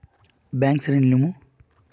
Bank से ऋण लुमू?